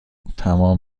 تمام